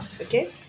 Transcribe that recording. okay